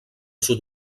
sud